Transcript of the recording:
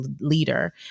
leader